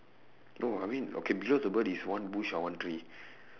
no I mean okay below the bird is one bush or one tree